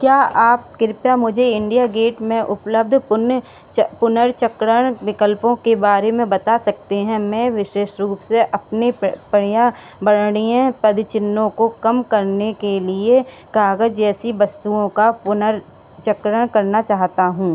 क्या आप कृपया मुझे इंडिया गेट में उपलब्ध पुनर्चक्रण विकल्पों के बारे में बता सकते हैं मैं विशेष रूप से अपने पर्यावरणीय पदचिन्नों को कम करने के लिए कागज जैसी वस्तुओं का पुनर्चक्रण करना चाहता हूँ